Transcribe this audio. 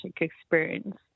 experience